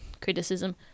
criticism